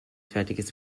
fertiges